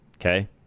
Okay